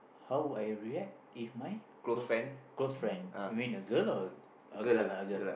how would I react if my close friend close friend you mean a girl or a girl ah a girl